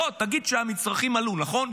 בוא, תגיד שהמצרכים עלו, נכון?